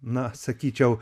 na sakyčiau